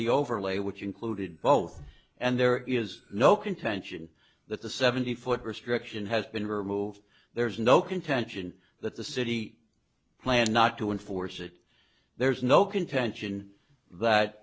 the overlay which included both and there is no contention that the seventy foot restriction has been removed there is no contention that the city planned not to enforce it there is no contention that